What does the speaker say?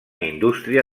indústria